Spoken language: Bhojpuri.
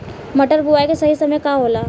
मटर बुआई के सही समय का होला?